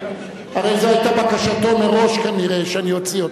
הרי זו היתה בקשתו מראש, כנראה, שאני אוציא אותו.